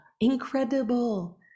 incredible